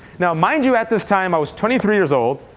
now mind you, at this time, i was twenty three years old,